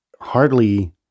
hardly